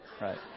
right